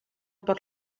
per